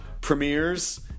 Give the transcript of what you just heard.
premieres